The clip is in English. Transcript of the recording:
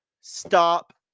stop